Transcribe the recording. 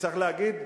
וצריך להגיד,